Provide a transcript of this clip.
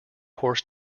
horse